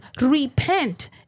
repent